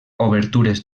obertures